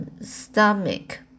stomach